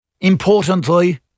Importantly